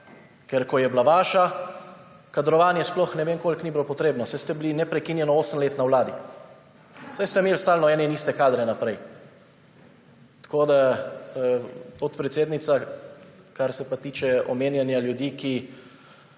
Ker ko je bila vaša, kadrovanje sploh ne vem koliko ni bilo potrebno, saj ste bili neprekinjeno osem let na vladi, saj ste imeli stalno ene in iste kadre naprej. Podpredsednica, kar se pa tiče omenjanja ljudi, ki